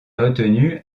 retenu